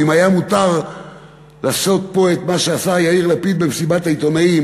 אם היה מותר לעשות פה את מה שעשה יאיר לפיד במסיבת העיתונאים,